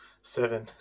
Seven